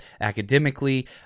academically